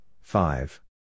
five